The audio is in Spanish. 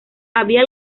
había